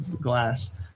glass